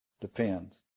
depends